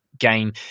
game